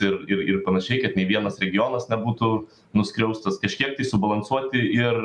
ir ir ir panašiai kad nei vienas regionas nebūtų nuskriaustas kažkiek tai subalansuoti ir